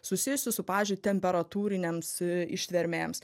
susijusių su pavyzdžiui temperatūriniams ištvermėms